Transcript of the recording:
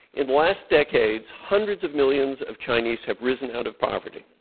in the last decade, hundreds of millions of chinese have risen out of poverty.